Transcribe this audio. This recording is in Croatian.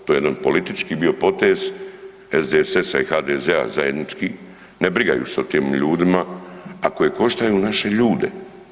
To je jedan politički bio potez SDSS-a i HDZ-a zajednički, ne brigaju se o tim ljudima, a koji koštaju naše ljude.